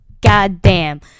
goddamn